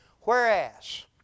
Whereas